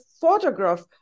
photograph